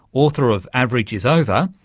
author of average is over,